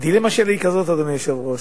הדילמה שלי היא כזאת, אדוני היושב-ראש: